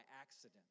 accident